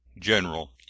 General